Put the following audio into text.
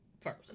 first